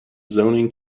zoning